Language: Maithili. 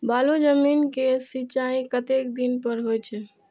बालू जमीन क सीचाई कतेक दिन पर हो छे?